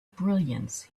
brilliance